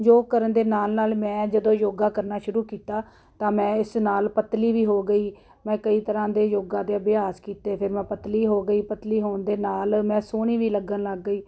ਯੋਗ ਕਰਨ ਦੇ ਨਾਲ ਨਾਲ ਮੈਂ ਜਦੋਂ ਯੋਗਾ ਕਰਨਾ ਸ਼ੁਰੂ ਕੀਤਾ ਤਾਂ ਮੈਂ ਇਸ ਨਾਲ ਪਤਲੀ ਵੀ ਹੋ ਗਈ ਮੈਂ ਕਈ ਤਰ੍ਹਾਂ ਦੇ ਯੋਗਾ ਦੇ ਅਭਿਆਸ ਕੀਤੇ ਫਿਰ ਮੈਂ ਪਤਲੀ ਹੋ ਗਈ ਪਤਲੀ ਹੋਣ ਦੇ ਨਾਲ ਮੈਂ ਸੋਹਣੀ ਵੀ ਲੱਗਣ ਲੱਗ ਗਈ